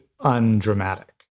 undramatic